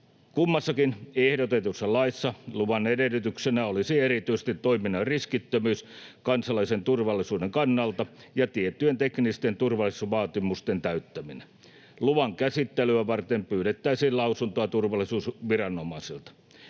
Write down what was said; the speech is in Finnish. Kummassakin ehdotetussa laissa luvan edellytyksenä olisi erityisesti toiminnan riskittömyys kansallisen turvallisuuden kannalta ja tiettyjen teknisten turvallisuusvaatimusten täyttyminen. Luvan käsittelyä varten pyydettäisiin lausunto turvallisuusviranomaisilta.